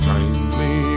kindly